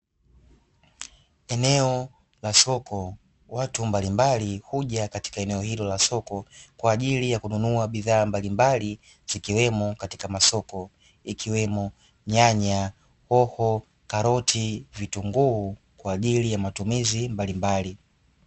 Eneo la soko, watu mbalimbali huja katika eneo hilo la soko kwa ajili ya kununua bidhaa mbalimbali zikiwemo katika masoko, ikiwemo: nyanya, hoho, karoti, vitunguu; kwa ajili ya matumizi mbalimbali.